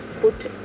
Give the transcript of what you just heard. put